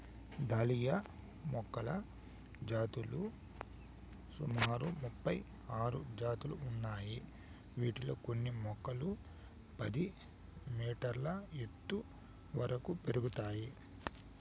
dahlia మొక్కల జాతులు సుమారు ముపై ఆరు జాతులు ఉన్నాయి, వీటిలో కొన్ని మొక్కలు పది మీటర్ల ఎత్తు వరకు పెరుగుతాయి